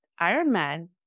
Ironman